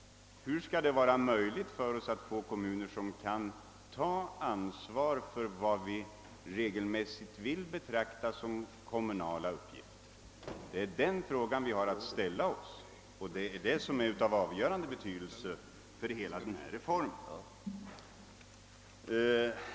Hur skall det bli möjligt för oss att få kommuner som kan ta ansvar för vad vi regelmässigt vill betrakta som kommunala uppgifter? Det är denna fråga vi har att ställa oss och det är den som har avgörande betydelse för hela denna reform.